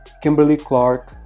Kimberly-Clark